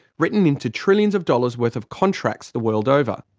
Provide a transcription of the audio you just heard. written into trillions of dollars' worth of contracts the world over.